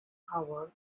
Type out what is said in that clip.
hour